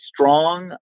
strong